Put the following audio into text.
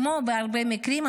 כמו בהרבה מקרים,